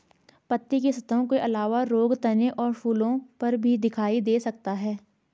पत्ती की सतहों के अलावा रोग तने और फूलों पर भी दिखाई दे सकता है